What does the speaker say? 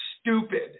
stupid